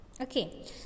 Okay